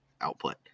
output